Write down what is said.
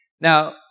Now